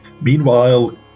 meanwhile